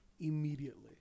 immediately